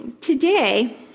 today